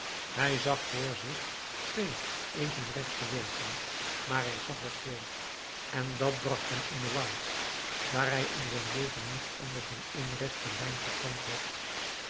hij zag voor zich twee even rechte wegen maar hij zag er twee en dat bracht hem in de war daar hij in zijn leven niet anders dan één rechte lijn gekend had